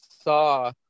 saw